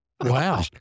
Wow